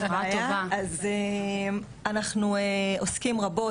אז אנחנו עוסקים רבות,